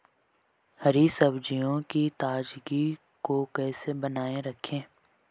हरी सब्जियों की ताजगी को कैसे बनाये रखें?